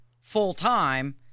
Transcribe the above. full-time